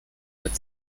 mit